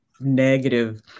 negative